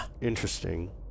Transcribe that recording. Interesting